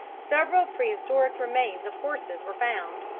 several prehistoric remains of horses were found,